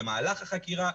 במהלך החקירה,